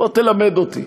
בוא תלמד אותי.